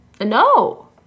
No